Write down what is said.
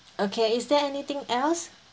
okay is there anything else